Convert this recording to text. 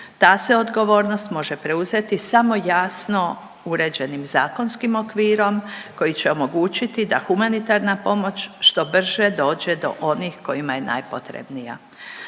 Ta se odgovornost može preuzeti samo jasno uređenim zakonskim okvirom koji će omogućiti da humanitarna pomoć što brže dođe do onih kojima je najpotrebnija,